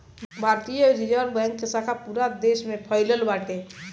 भारतीय reserve bank के शाखा पूरा देस में फइलल बाटे